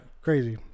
Crazy